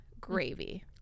gravy